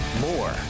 More